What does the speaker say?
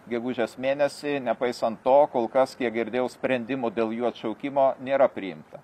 gegužės mėnesį nepaisant to kol kas kiek girdėjau sprendimų dėl jų atšaukimo nėra priimta